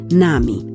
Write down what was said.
nami